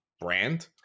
brand